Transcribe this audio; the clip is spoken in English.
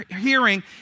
hearing